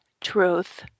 truth